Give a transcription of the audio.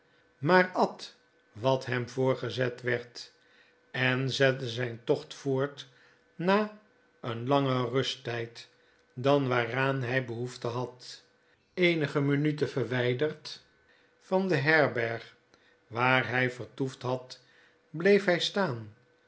maar at wat hem voorgezet werd en zette zyn tocht voort na een langer rusttyd dan waaraan hij behoefte had eenige minuten verwyderd van de herberg waar hg vertoefd had bleef hij staan